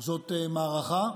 זאת מערכה,